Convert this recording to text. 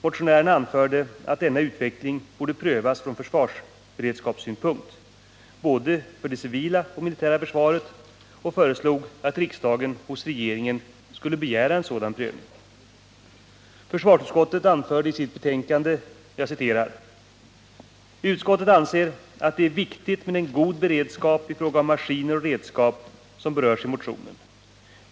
Motionärerna anförde att denna utveckling borde prövas från beredskapssynpunkt, både för det civila och för det militära försvaret, och föreslog att riksdagen hos regeringen skulle begära en sådan prövning. ”Utskottet anser att det är viktigt med en god beredskap i fråga om maskiner och redskap som berörs i motionen.